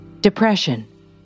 Depression